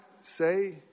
say